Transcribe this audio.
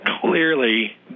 clearly